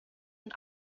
and